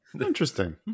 interesting